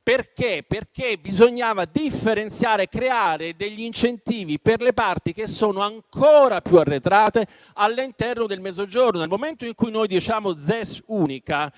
specifiche. Bisognava differenziare e creare incentivi per le parti più arretrate all'interno del Mezzogiorno. Nel momento in cui parliamo di ZES unica,